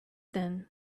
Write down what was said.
then